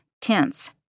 tense